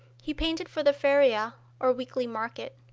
he painted for the feria or weekly market.